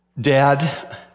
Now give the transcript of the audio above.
Dad